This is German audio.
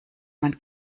man